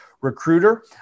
recruiter